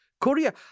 Korea